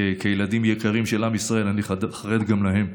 כילדים יקרים של עם ישראל, אני חרד גם להם.